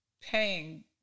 paying